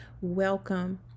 welcome